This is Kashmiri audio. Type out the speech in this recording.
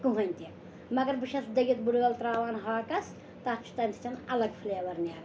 کٕہۭنۍ تہِ مگر بہٕ چھَس دٔگِتھ بٕڑٲل ترٛاوان ہاکَس تَتھ چھُ تیٚمۍ سۭتۍ اَلگ فٕلیوَر نیران